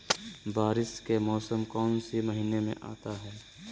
बारिस के मौसम कौन सी महीने में आता है?